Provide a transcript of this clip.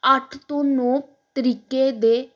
ਅੱਠ ਤੋਂ ਨੌ ਤਰੀਕੇ ਦੇ